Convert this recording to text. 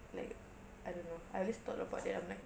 like I don't know I always thought about that I'm like